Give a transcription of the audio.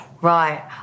Right